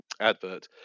advert